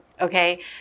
Okay